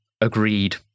agreed